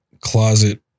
closet